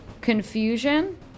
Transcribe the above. Confusion